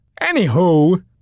Anywho